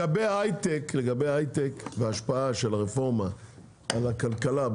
לגבי ההייטק וההשפעה של הרפורמה על הכלכלה,